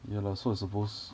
ya lah so I suppose